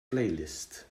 playlist